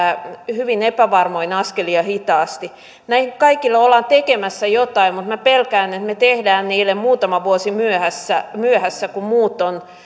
hyvin epävarmoin askelin ja hitaasti näille kaikille ollaan tekemässä jotain mutta minä pelkään että me teemme niille muutama vuosi myöhässä myöhässä kun muut ovat